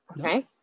Okay